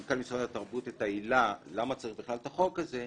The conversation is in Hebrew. מנכ"ל משרד התרבות את העילה לצורך בחוק הזה,